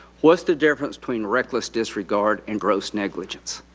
what's the difference between reckless disregard and gross negligence?